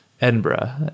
Edinburgh